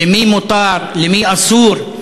למי מותר, למי אסור.